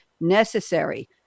necessary